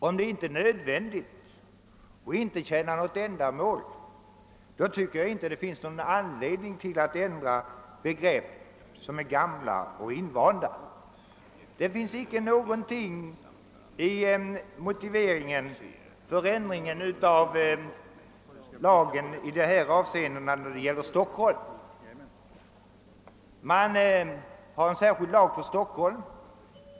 Om detta inte är nödvändigt och inte tjänar något ändamål, tycker jag inte att det finns någon anledning att ändra gamla och invanda be Srepp. Det finns inte något bärande skäl i motiveringen för en ändring av kommunallagen för Stockholm i det avseende som nu är aktuellt. Det finns en särskild kommunallag för Stockholm.